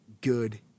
good